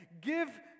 give